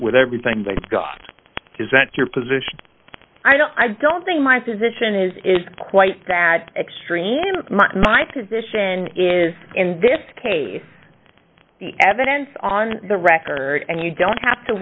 with everything they've got is that your position i don't i don't think my position is is quite that extreme my position is in this case the evidence on the record and you don't have to